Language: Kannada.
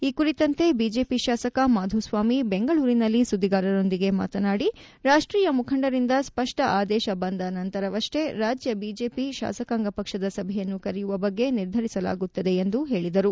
ಈ ಕುರಿತಂತೆ ಬಿಜೆಪಿ ಶಾಸಕ ಮಾಧುಸ್ವಾಮಿ ಬೆಂಗಳೂರಿನಲ್ಲಿ ಸುದ್ದಿಗಾರರೊಂದಿಗೆ ಮಾತನಾಡಿ ರಾಷ್ಷೀಯ ಮುಖಂಡರಿಂದ ಸ್ಪಷ್ನ ಆದೇಶ ಬಂದ ನಂತರವಷ್ನೇ ರಾಜ್ಯ ಬಿಜೆಪಿ ಶಾಸಕಾಂಗ ಪಕ್ಷದ ಸಭೆಯನ್ನು ಕರೆಯುವ ಬಗ್ಗೆ ನಿರ್ಧರಿಸಲಾಗುತ್ತದೆ ಎಂದು ಹೇಳಿದರು